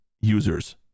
users